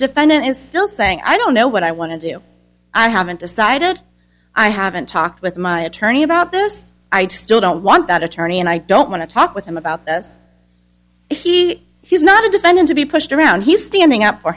defendant is still saying i don't know what i want to do i haven't decided i haven't talked with my attorney about this i still don't want that attorney and i don't want to talk with him about this he is not a defendant to be pushed around he's standing up for